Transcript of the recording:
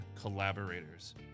collaborators